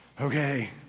okay